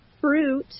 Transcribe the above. fruit